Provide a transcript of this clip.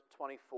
24